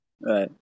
right